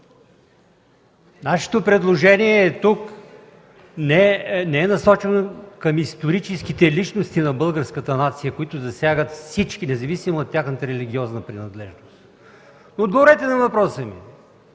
Нашето предложение тук не е насочено към историческите личности на българската нация, които засягат всички, независимо от тяхната религиозна принадлежност. Отговорете на въпроса ми